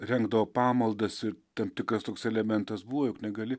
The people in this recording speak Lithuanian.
rengdavo pamaldas ir tam tikras toks elementas buvo juk negali